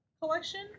collection